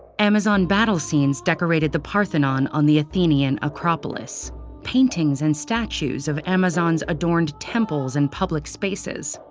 amazon battle scenes decorated the parthenon on the athenian acropolis paintings and statues of amazons adorned temples and public spaces.